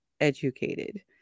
educated